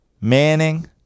Manning